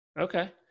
Okay